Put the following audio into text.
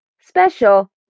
Special